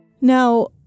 Now